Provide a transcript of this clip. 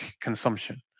consumption